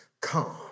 come